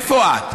איפה את?